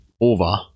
over